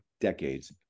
decades